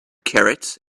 carrots